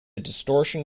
distortion